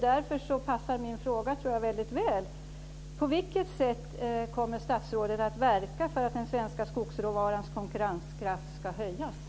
Därför passar min fråga väl: På vilket sätt kommer statsrådet att verka för att den svenska skogsråvarans konkurrenskraft ska höjas?